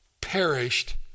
perished